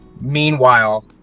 Meanwhile